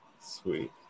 Sweet